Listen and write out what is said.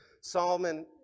Solomon